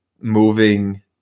moving